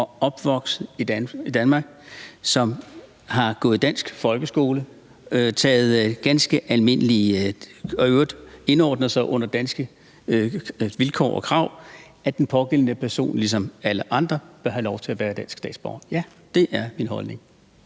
og opvokset i Danmark, som har gået i dansk folkeskole og i øvrigt indordner sig under danske vilkår og krav, ligesom alle andre bør have lov til at være danske statsborgere. Ja, det er min holdning.